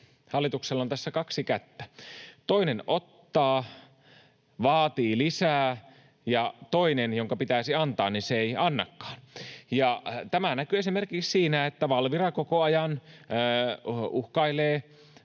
hallituksella on tässä kaksi kättä: toinen ottaa, vaatii lisää, ja toinen, jonka pitäisi antaa, ei annakaan. Tämä näkyy esimerkiksi siinä, että Valvira, terveydenhuollon